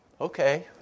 okay